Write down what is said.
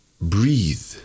breathe